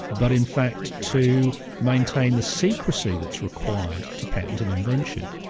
but in fact to maintain the secrecy that's required to patent an invention.